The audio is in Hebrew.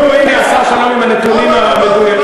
הנה השר שלום עם הנתונים המדויקים.